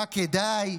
מה כדאי.